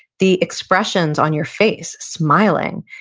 the expressions on your face, smiling,